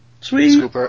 Sweet